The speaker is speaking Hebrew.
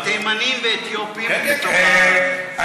וגם אצלנו, דרך אגב, תימנים ואתיופים בתוך זה.